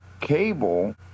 cable